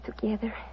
together